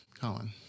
Colin